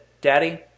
Daddy